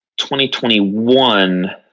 2021